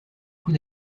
coup